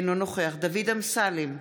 אינו נוכח דוד אמסלם,